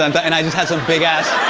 and and i just had some big ass.